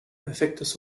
perfektes